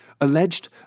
alleged